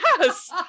yes